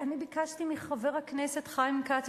אני ביקשתי מחבר הכנסת חיים כץ,